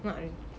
not a